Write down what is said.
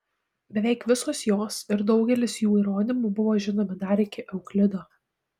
beveik visos jos ir daugelis jų įrodymų buvo žinomi dar iki euklido